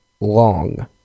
long